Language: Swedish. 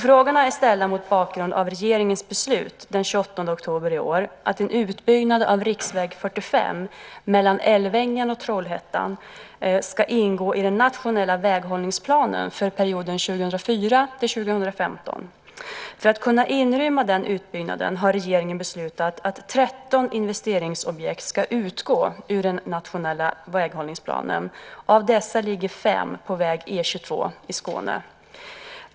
Frågorna är ställda mot bakgrund av regeringens beslut den 28 oktober i år att en utbyggnad av riksväg 45 mellan Älvängen och Trollhättan ska ingå i den nationella väghållningsplanen för perioden 2004-2015. För att kunna inrymma den utbyggnaden har regeringen beslutat att tretton investeringsobjekt ska utgå ur den nationella väghållningsplanen. Av dessa ligger fem på väg E 22 i Skåne.